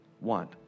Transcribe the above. want